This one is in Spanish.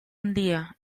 día